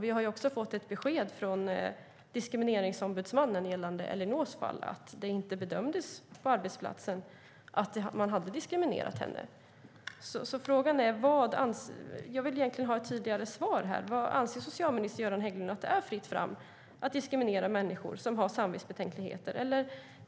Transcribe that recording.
Vi har också i Ellinors fått besked från Diskrimineringsombudsmannen, som gjorde bedömningen att arbetsplatsen inte hade diskriminerat henne. Jag vill egentligen ha ett tydligare svar här: Anser socialminister Göran Hägglund att det är fritt fram att diskriminera människor som har samvetsbetänkligheter?